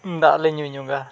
ᱫᱟᱜ ᱞᱮ ᱧᱩ ᱧᱚᱜᱟ